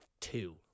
two